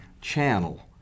channel